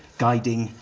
guiding,